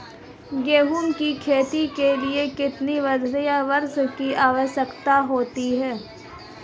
गेहूँ की खेती के लिए कितनी वार्षिक वर्षा की आवश्यकता होती है?